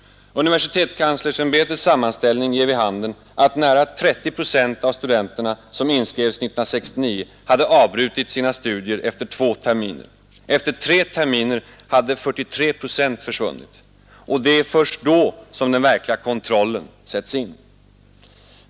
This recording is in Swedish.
UKÄs sammanställning ger vid handen att nära 30 procent av de studenter som inskrevs 1969 hade avbrutit sina studier efter två terminer. Efter tre terminer hade 43 procent försvunnit. Och det är först då som den verkliga kontrollen sätts in.